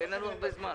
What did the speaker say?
אין לנו הרבה זמן.